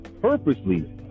purposely